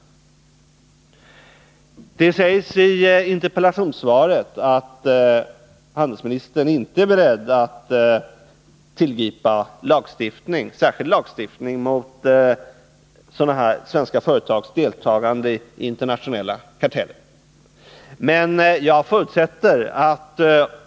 Handelsministern säger i interpellationssvaret att han inte är beredd att tillgripa särskild lagstiftning mot svenska företags deltagande i internationella karteller.